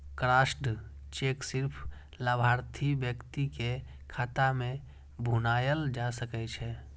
crossed cheque सिर्फ लाभार्थी व्यक्ति के खाता मे भुनाएल जा सकै छै